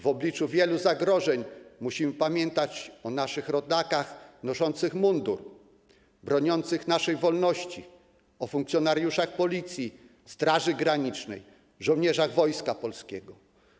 W obliczu wielu zagrożeń musimy dziś pamiętać o naszych rodakach noszących mundur, broniących naszej wolności, o funkcjonariuszach Policji, Straży Granicznej, żołnierzach Wojska Polskiego.